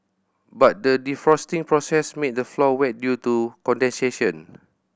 but the defrosting process made the floor wet due to condensation